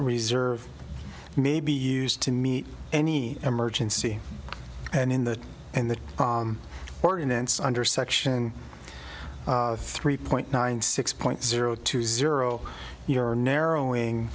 reserve may be used to meet any emergency and in the in the ordinance under section three point nine six point zero two zero you're narrowing